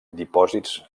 dipòsits